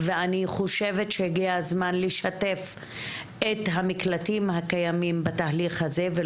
ואני חושבת שהגיע הזמן לשתף את המקלטים הקיימים בתהליך הזה.